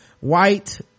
White